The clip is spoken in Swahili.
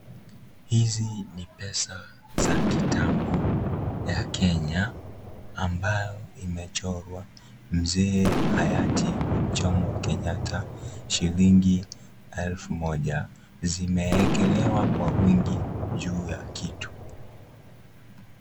Hizi ni pesa za kitambo ya Kenya ambayo imechorwa mzee hayati Jomo Kenyatta shilingi elfu moja zimeekelewa kwa wingi juu ya kitu.